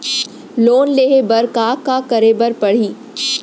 Loan लेहे बर का का का करे बर परहि?